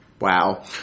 Wow